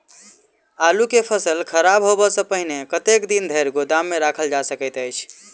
आलु केँ फसल खराब होब सऽ पहिने कतेक दिन धरि गोदाम मे राखल जा सकैत अछि?